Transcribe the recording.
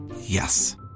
Yes